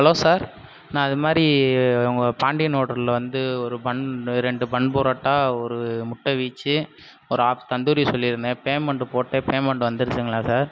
hello sir நான் இதுமாதிரி உங்கள் பாண்டியன் ஹோட்டலில் வந்து ஒரு பன் ரெண்டு பன் பொரோட்டா ஒரு முட்டை வீச்சு ஒரு ஆஃப் தந்தூரி சொல்லியிருந்தேன் பேமெண்ட் போட்டேன் பேமெண்ட் வந்துருச்சுங்களா சார்